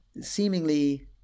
seemingly